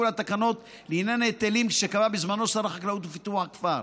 התקנות לעניין היטלים שקבע בזמנו שר החקלאות ופיתוח הכפר.